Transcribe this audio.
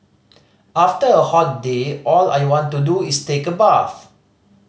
after a hot day all I want to do is take a bath